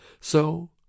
So